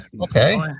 Okay